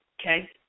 Okay